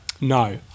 No